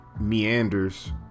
meanders